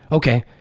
ok,